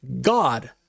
God